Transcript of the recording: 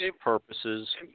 purposes